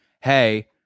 hey